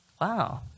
Wow